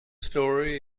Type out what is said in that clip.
story